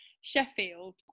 Sheffield